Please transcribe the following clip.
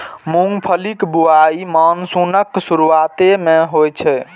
मूंगफलीक बुआई मानसूनक शुरुआते मे होइ छै